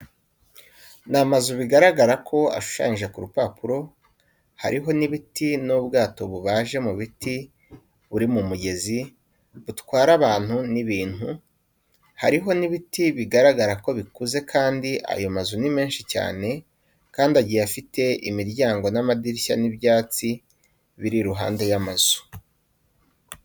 Ni amazu bigaragara ko ashushanyije ku rupapuro, hariho n'ibiti n'ubwato bubaje mu biti buri mu mugezi, butwara abantu ni bintu, hariho n'ibiti bigaragara ko bikuze kandi ayo mazu ni menshi cyane kandi agiye afite imiryango n'amadirishya n'ibyatsi biri iruhande y'amazu.